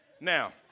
Now